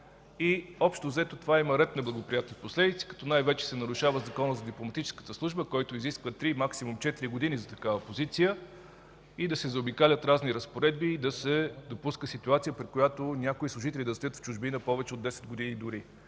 и, общо-взето, това има ред неблагоприятни последици, като най-вече се нарушава Законът за дипломатическата служба, който изисква три, максимум четири години за такава позиция и да се заобикалят разни разпоредби, и да се допуска ситуация, при която някои служители да стоят в чужбина повече от 10 години дори.